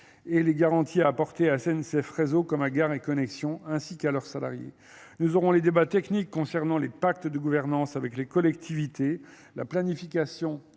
et les garanties apportées à S N, C F, réseaux comme à Gare et Connexions, ainsi qu'à leurs salariés, nous aurons les débats techniques concernant les pactes de gouvernance avec les collectivités, la planification